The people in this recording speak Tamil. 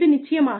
இது நிச்சயமாக